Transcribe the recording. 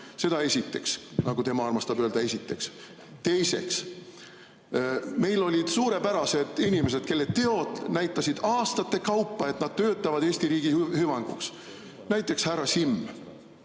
Seda esiteks. Nagu tema armastab öelda: esiteks. Teiseks, meil olid suurepärased inimesed, kelle teod näitasid aastate kaupa, et nad töötavad Eesti riigi hüvanguks. Näiteks härra Simm,